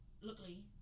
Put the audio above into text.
Luckily